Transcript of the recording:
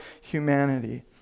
humanity